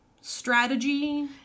strategy